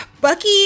Bucky